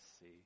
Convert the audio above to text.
see